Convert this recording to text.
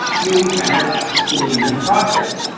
you will be granted access to the unit project.